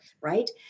right